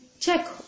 check